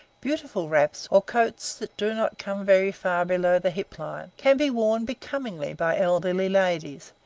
beautiful wraps, or coats that do not come very far below the hip-line, can be worn becomingly by elderly ladies,